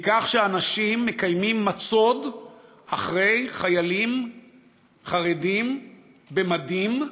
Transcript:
אנשים מקיימים מצוד אחרי חיילים חרדים במדים,